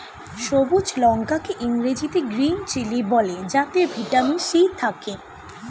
সবুজ লঙ্কা কে ইংরেজিতে গ্রীন চিলি বলে যাতে ভিটামিন সি থাকে